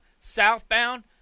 Southbound